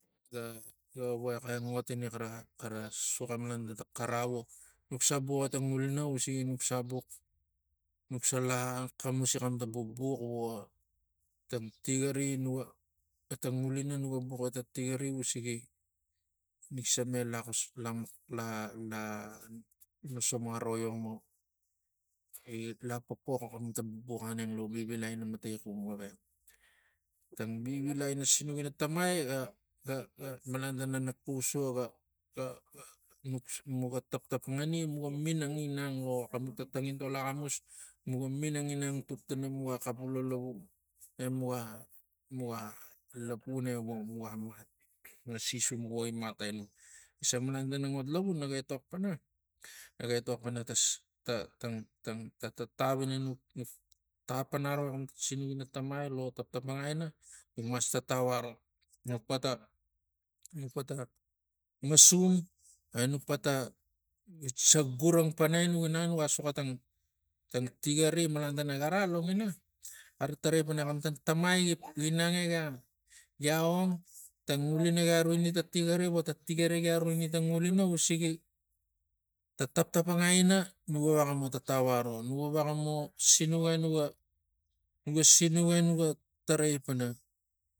Ga- ga vexa ngot ini xara xara suxi malan tana ta xara vo nukse buxi ta ngulina usigi nuk se bux nuk se la laxamusi xam tang bubux vo tatigari nuga efa ngulina nukse buxi xan tang bubux vo ta tigari nuga efa ngulina nuk se buxi ta tigari usigi rikse ma ama laxus la- la- la nosom aroiom vogi lapopox vivilai ina matai vung gavex. Tavivilai ina ta sinuk ina tamai ga ga- ga malan tana nak xus vo ga- ga- ga muga taptapangai muga minang ginang lo xamuk tang tangintol axamus muga minang inang tuk tana muga xapul a lavvu e muga muga mugalapun e vo muga mat nasi simuk vo gi mat aino xisang malan tana tang ngot lavu naga etok naga etok pana tan ta- ta- ta- tatatau ina nuk- nuk- nuk tapangaroi ta sinuk ina tamai lo taptapangai ina nuk mas tatau aro nuk pata nuk pata masum enux pata sagurang para enuk inang nuga soxo tang tigari malan tana gara longina xara tarai pana xematan tamai ga inang egia one ta ngulina gia ruini tang tigir vo ta tigari gia ruini ta ngulina usigi ta taptapangai ina nuga vexa mo tatau aro nuga vexa mo sinuk e nuga nuga sinuk engua tarai pana